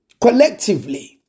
collectively